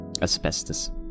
Asbestos